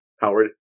Howard